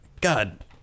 God